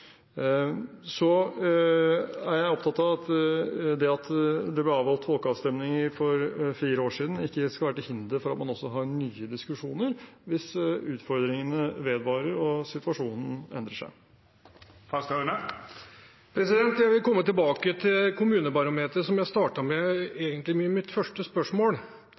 Så er jeg opptatt av at det at det ble avholdt folkeavstemning for fire år siden, ikke skal være til hinder for at man også har nye diskusjoner hvis utfordringene vedvarer og situasjonen endrer seg. Jeg vil gå tilbake til Kommunebarometeret, som jeg egentlig startet med i mitt første spørsmål.